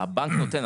הבנק נותן,